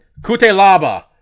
Kutelaba